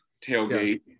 tailgate